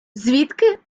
звідки